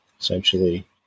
essentially